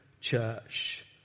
church